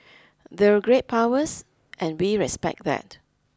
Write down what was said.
they're great powers and we respect that